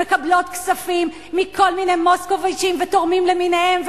שמקבלות כספים מכל מיני מוסקוביצים ותורמים למיניהם,